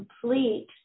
complete